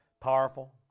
powerful